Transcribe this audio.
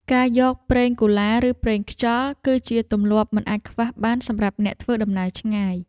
ការប្រើប្រាស់ប្រេងកូឡា ឬប្រេងខ្យល់ គឺជាទម្លាប់មិនអាចខ្វះបានសម្រាប់អ្នកធ្វើដំណើរឆ្ងាយ។